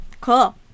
Cool